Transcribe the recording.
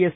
S